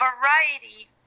variety